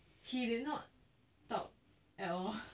he did not talk at all